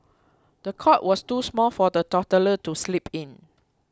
the cot was too small for the toddler to sleep in